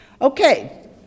Okay